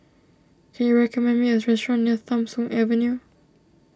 can you recommend me a restaurant near Tham Soong Avenue